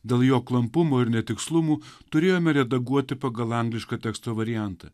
dėl jo klampumo ir netikslumų turėjome redaguoti pagal anglišką teksto variantą